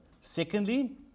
Secondly